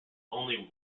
only